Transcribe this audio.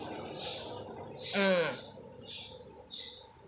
mm